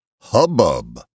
Hubbub